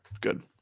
good